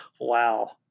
Wow